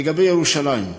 לגבי ירושלים,